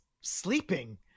sleeping